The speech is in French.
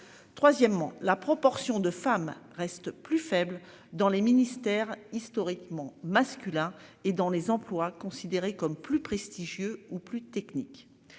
Troisièmement, la proportion de femmes reste plus faible dans les ministères historiquement masculin et dans les emplois considérés comme plus prestigieux ou plus technique